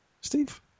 Steve